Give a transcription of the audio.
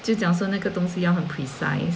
就讲说那个东西要很 precise